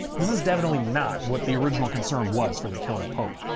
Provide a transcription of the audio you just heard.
this is definitely not what the original concern was for the killer poke,